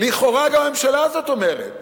לכאורה גם הממשלה הזאת אומרת